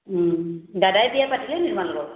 দাদাই বিয়া পাতিলে নেকি আপোনালোকৰ